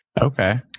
okay